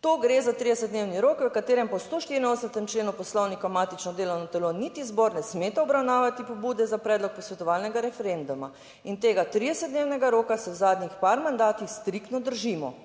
"To gre za 30 dnevni rok, v katerem po 184. členu Poslovnika matično delovno telo niti zbor ne smeta obravnavati pobude za predlog posvetovalnega referenduma in tega 30 dnevnega roka se v zadnjih par mandatih striktno držimo.